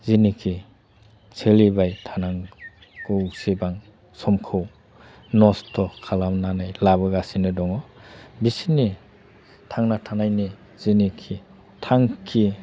जेनोखि सोलिबाय थानांगौसेबां समखौ नस्थ' खालामनानै लाबोगासिनो दङ बिसोरनि थांना थानायनि जेनोखि थांखि